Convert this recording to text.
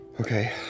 Okay